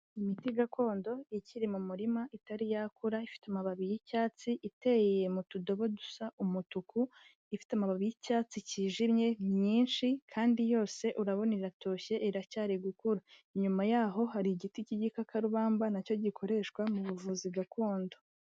Imiti gakondo ikiri mu murima itari yakura, ifite amababi y'icyatsi, iteye mu tudobo dusa umutuku, ifite amababi y'icyatsi kijimye nyinshi kandi yose urabona iratoshye iracyari gukura, inyuma yaho hari igiti cy'igikarubamba nacyo gikoreshwa mu buvuzi gakondo.